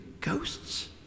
ghosts